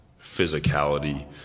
physicality